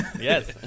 Yes